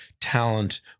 talent